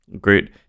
great